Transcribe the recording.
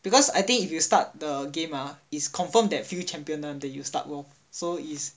because I think if you start the game ah is confirm that few champion [one] that you start lor so is